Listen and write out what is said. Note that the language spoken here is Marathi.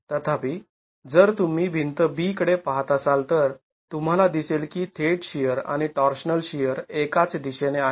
तथापि जर तुम्ही भिंत B कडे पाहात असाल तर तुम्हाला दिसेल की थेट शिअर आणि टॉर्शनल शिअर एकाच दिशेने आहेत